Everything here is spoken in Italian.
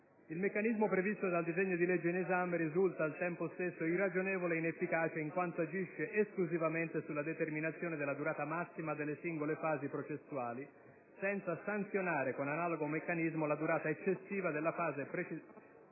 Il meccanismo previsto dal disegno di legge in esame risulta, al tempo stesso, irragionevole ed inefficace in quanto agisce esclusivamente sulla determinazione della durata massima delle singole fasi processuali, senza sanzionare con analogo meccanismo la durata eccessiva della fase